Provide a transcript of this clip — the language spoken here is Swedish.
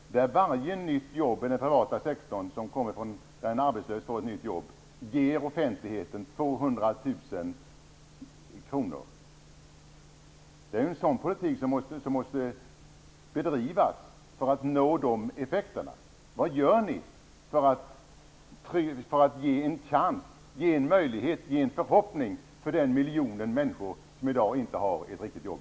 Varje jobb i den privata sektorn som innebär att en arbetslös får ett nytt jobb ger offentligheten 200 000 kr. Det är en sådan politik som måste bedrivas för att nå dessa effekter. Vad gör ni för ge en chans, en möjlighet, en förhoppning till den miljon människor i vårt land som i dag inte har ett riktigt jobb?